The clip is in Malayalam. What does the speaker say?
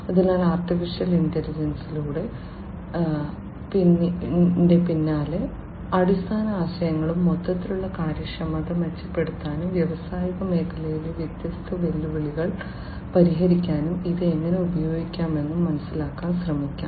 അതിനാൽ AI യുടെ പിന്നിലെ അടിസ്ഥാന ആശയങ്ങളും മൊത്തത്തിലുള്ള കാര്യക്ഷമത മെച്ചപ്പെടുത്താനും വ്യാവസായിക മേഖലയിലെ വ്യത്യസ്ത വെല്ലുവിളികൾ പരിഹരിക്കാനും ഇത് എങ്ങനെ ഉപയോഗിക്കാമെന്നും മനസിലാക്കാൻ ശ്രമിക്കാം